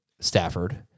Stafford